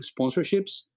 sponsorships